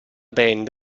band